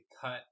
cut